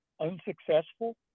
unsuccessful